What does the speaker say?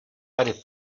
tady